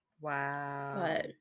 Wow